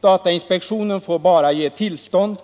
Datainspektionen får ge tillstånd till